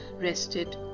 rested